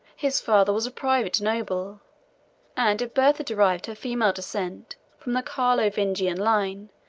his father was a private noble and if bertha derived her female descent from the carlovingian line,